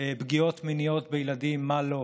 פגיעות מיניות בילדים, מה לא?